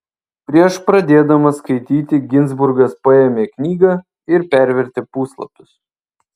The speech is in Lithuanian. prieš pradėdamas skaityti ginzburgas paėmė knygą ir pervertė puslapius